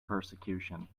persecution